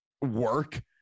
work